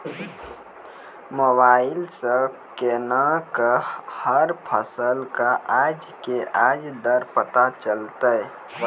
Mobile सऽ केना कऽ हर फसल कऽ आज के आज दर पता चलतै?